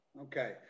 okay